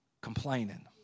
complaining